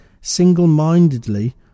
single-mindedly